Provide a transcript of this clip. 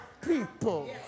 people